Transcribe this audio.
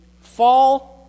fall